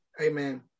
Amen